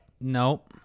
Nope